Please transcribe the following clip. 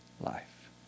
life